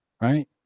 Right